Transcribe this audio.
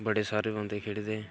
बड़े सारे बंदे खेढदे